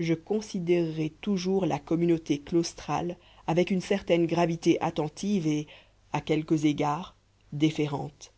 je considérerai toujours la communauté claustrale avec une certaine gravité attentive et à quelques égards déférente